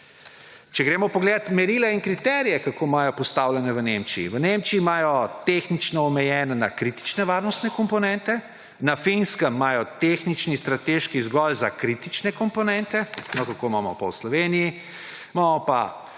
Če pogledamo merila in kriterije, kako imajo postavljene v Nemčiji. V Nemčiji imajo tehnično omejene na kritične varnostne komponente, na Finskem imajo tehnični, strateški zgolj za kritične komponente. No, kako imamo pa v Sloveniji? Imamo pa